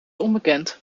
onbekend